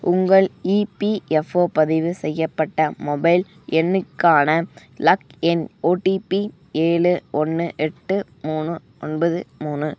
உங்கள் இபிஎஃப்ஓ பதிவு செய்யப்பட்ட மொபைல் எண்ணுக்கான லாக்இன் ஓடிபி ஏழு ஒன்று எட்டு மூணு ஒன்பது மூணு